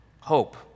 hope